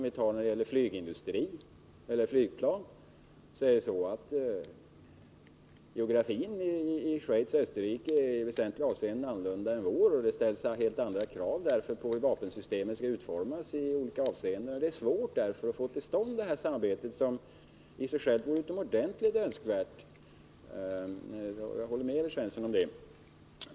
Österrike och Schweiz har bl.a. en helt annan geografi än Sverige, och kraven på t.ex. flygplan och vapensystem blir därför i väsentliga avseenden annorlunda. Därför är det svårt att få till stånd ett samarbete, som i och för sig vore utomordentligt önskvärt, det håller jag med Evert Svensson om.